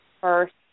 first